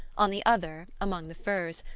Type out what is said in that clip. on the other, among the firs,